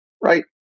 right